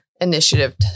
initiative